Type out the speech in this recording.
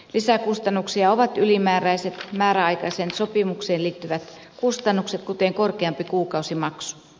lisäkustannuksia ovat ylimääräiset määräaikaiseen sopimukseen liittyvät kustannukset kuten korkeampi kuukausimaksu